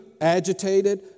agitated